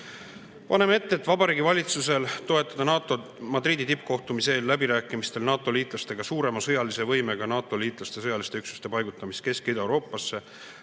Paneme Vabariigi Valitsusele ette toetada NATO Madridi tippkohtumise eelläbirääkimistel NATO-liitlastega suurema sõjalise võimega NATO-liitlaste sõjaliste üksuste paigutamist Kesk‑ ja Ida-Euroopasse,